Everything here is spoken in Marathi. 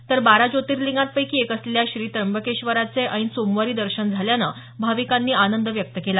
तर बारा ज्योतिर्लिंगापैकी एक असलेल्या श्री त्र्यंबकेश्वराचे ऐन सोमवारी दर्शन झाल्याने भाविकांनी आनंद व्यक्त केला